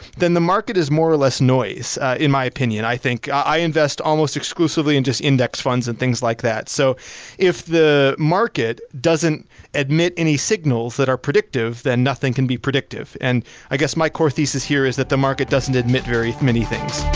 then the market is more or less noise in my opinion i think. i invest almost exclusively in just index funds and things like that. so if the market doesn't admit any signals that are predictive, then nothing can be predictive. and i i guess my core thesis here is that the market doesn't admit very many things.